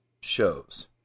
shows